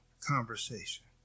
conversation